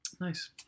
Nice